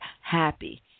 Happy